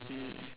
mm